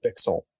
pixel